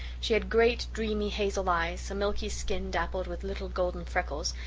she had great, dreamy, hazel eyes, a milky skin dappled with little golden freckles,